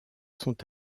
sont